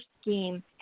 scheme